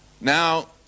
now